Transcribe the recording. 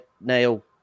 nail